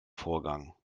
vorgang